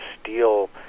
steal